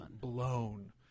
blown